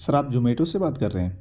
سر آپ زومیٹو سے بات کر رہے ہیں